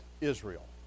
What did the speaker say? Israel